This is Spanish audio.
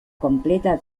completa